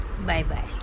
Bye-bye